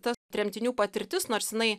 ta tremtinių patirtis nors jinai